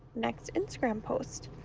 next instagram post.